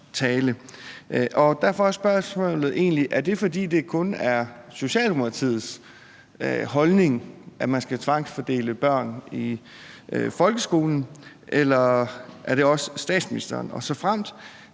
derfor er spørgsmålet egentlig: Er det, fordi det kun er Socialdemokratiets holdning, at man skal tvangsfordele børn i folkeskolen, eller er det også statsministerens? Og såfremt